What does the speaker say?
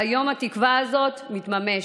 היום התקווה הזאת מתממשת.